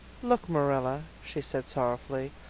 look, marilla, she said sorrowfully,